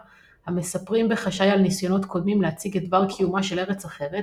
המספרים בחשאי על ניסיונות קודמים להציג את דבר קיומה של ארץ אחרת,